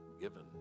given